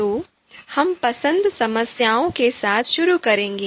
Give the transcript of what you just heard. तो हम पसंद समस्याओं के साथ शुरू करेंगे